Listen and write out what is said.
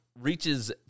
reaches